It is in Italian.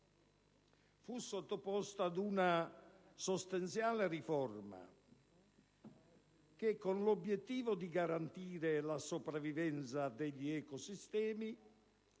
fu sottoposto ad una sostanziale riforma che, con l'obiettivo di garantire la sopravvivenza degli ecosistemi